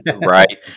right